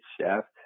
Shaft